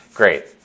Great